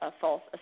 false